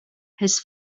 his